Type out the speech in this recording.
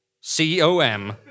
C-O-M